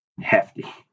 hefty